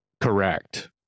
correct